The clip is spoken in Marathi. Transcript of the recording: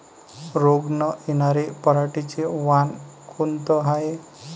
रोग न येनार पराटीचं वान कोनतं हाये?